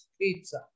pizza